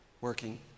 working